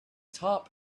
top